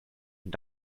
und